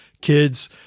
kids